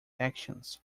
actions